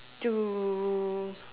to